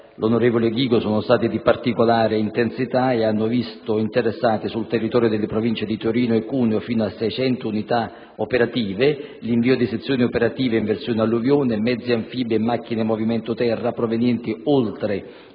senatore Ghigo, sono stati di particolare intensità e hanno visto interessate sul territorio delle Province di Torino e Cuneo fino a 600 unità operative, l'invio di sezioni operative in versione alluvione, mezzi anfibi e macchine movimento terra provenienti, oltre